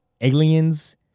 Aliens